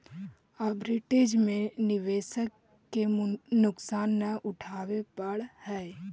arbitrage में निवेशक के नुकसान न उठावे पड़ऽ है